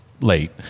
late